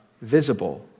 visible